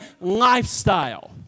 lifestyle